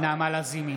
נעמה לזימי,